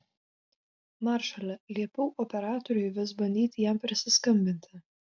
maršale liepiau operatoriui vis bandyti jam prisiskambinti